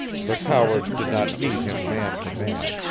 the cowards did not meet him man to man,